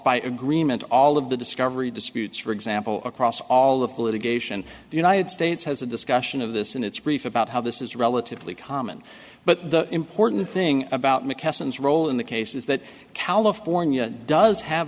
by agreement all of the discovery disputes for example across all of the litigation the united states has a discussion of this in its brief about how this is relatively common but the important thing about mckesson its role in the case is that california does have